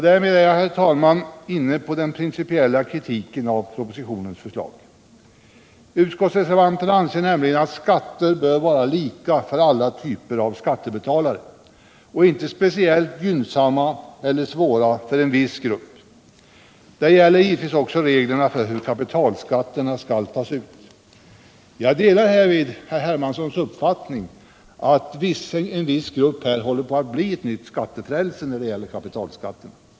Därmed är jag, herr talman, inne på den principiella kritiken av propositionen. Utskottsreservanterna anser nämligen att skatter bör vara lika för alla typer av skattebetalare och inte speciellt gynnsamma eller svåra för en viss grupp. Det gäller givetvis också reglerna för hur kapitalskatterna skall tas ut. Jag delar härvid herr Hermanssons uppfattning att en viss grupp håller på att bli ett nytt skattefrälse när det gäller kapitalskatterna.